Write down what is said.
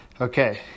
okay